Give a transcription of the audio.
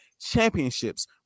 championships